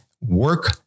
work